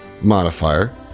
modifier